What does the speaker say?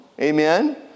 Amen